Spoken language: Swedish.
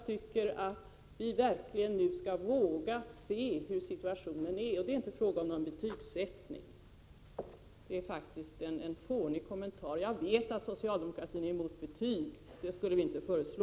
Vi måste verkligen våga se på situationen sådan den är. Det är inte fråga om någon betygsättning — en sådan kommentar är faktiskt fånig. Jag vet att socialdemokraterna är emot betyg, så någonting sådant skulle vi inte föreslå.